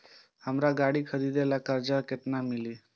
हमरा गाड़ी खरदे के लिए कर्जा केना मिलते?